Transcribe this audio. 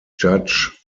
judge